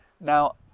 Now